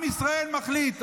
עם ישראל מחליט.